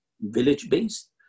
village-based